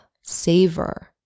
savor